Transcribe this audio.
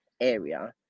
area